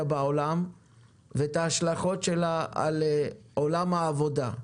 בעולם ואת ההשלכות שלה על עולם העבודה.